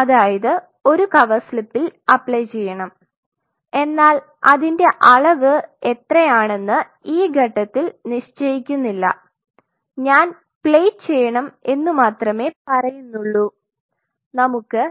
അതായത് ഒരു കവർ സ്ലിപ്പിൽ അപ്ലൈ ചെയ്യണം എന്നാൽ അതിൻറെ അളവ് എത്രയാണെന്ന് ഈ ഘട്ടത്തിൽ നിശ്ചയിക്കുന്നില്ല ഞാൻ പ്ലേറ്റ് ചെയ്യണം എന്നുമാത്രമേ പറയുന്നുള്ളൂ നമുക്ക്